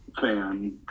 fan